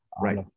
Right